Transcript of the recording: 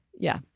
yeah.